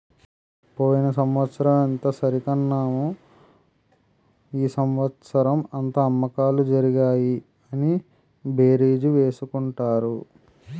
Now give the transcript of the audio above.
పోయిన సంవత్సరం ఎంత సరికన్నాము ఈ సంవత్సరం ఎంత అమ్మకాలు జరిగాయి అని బేరీజు వేసుకుంటారు